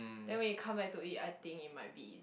then when you come back to it I think it might be